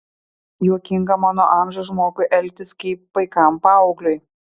juokinga mano amžiaus žmogui elgtis kaip paikam paaugliui